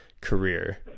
career